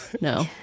No